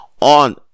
on